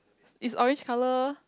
is orange colour